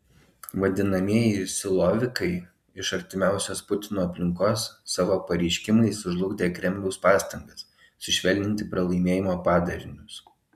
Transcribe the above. vadinamieji silovikai iš artimiausios putino aplinkos savo pareiškimais sužlugdė kremliaus pastangas sušvelninti pralaimėjimo padarinius